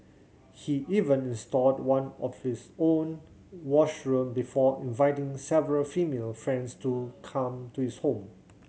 he even installed one of his own washroom before inviting several female friends to come to his home